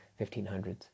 1500s